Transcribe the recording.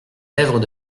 lèvres